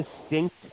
distinct